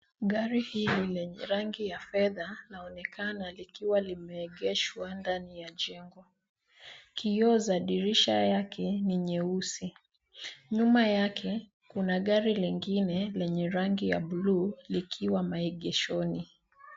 Gari hili lenye rangi ya fedha linaonekana likiwa limeegeshwa ndani ya jengo. Kioo za dirisha yake ni nyeusi. Nyuma yake kuna gari lingine lenye rangi ya buluu likiwa maegeshoni.